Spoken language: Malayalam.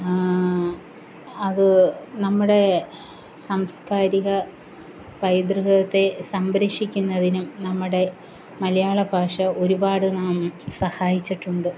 അത് നമ്മുടെ സംസ്കാരിക പൈതൃകത്തെ സംരഷിക്കുന്നതിനും നമ്മുടെ മലയാള ഭാഷ ഒരുപാട് നാം സഹായിച്ചിട്ടുണ്ട്